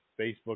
Facebook